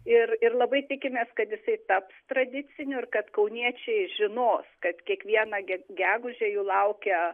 ir ir labai tikimės kad jisai taps tradiciniu ir kad kauniečiai žinos kad kiekvieną ge gegužę jų laukia